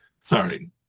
sorry